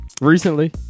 Recently